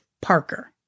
Parker